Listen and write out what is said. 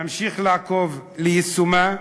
נמשיך לעקוב אחרי יישומה,